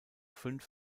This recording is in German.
fünf